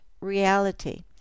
reality